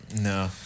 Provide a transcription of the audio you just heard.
No